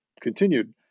continued